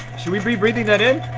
should we be breathing that in?